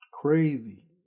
Crazy